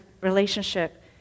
relationship